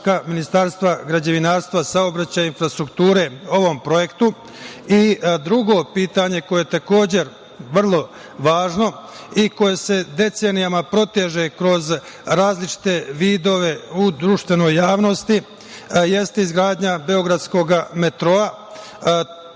Ministarstva građevinarstva, saobraćaja i infrastrukture ovom projektu? Drugo pitanje, koje je takođe vrlo važno i koje se decenijama proteže kroz različite vidove u društvenoj javnosti, jeste izgradnja beogradskog metroa.